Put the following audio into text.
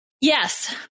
yes